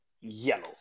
yellow